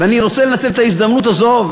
ואני רוצה לנצל את ההזדמנות הזו,